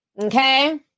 okay